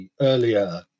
earlier